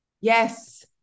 Yes